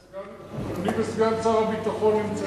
אני וסגן שר הביטחון נמצאים.